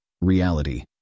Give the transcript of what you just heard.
Reality